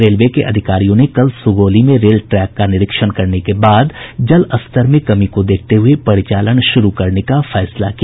railway के अधिकारियों ने कल सुगौली में रेल ट्रैक का निरीक्षण करने के बाद जल स्तर में कमी को देखते हुये परिचालन शुरू करने का फैसला किया